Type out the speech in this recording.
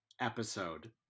episode